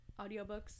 audiobooks